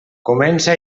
comença